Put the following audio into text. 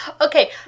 Okay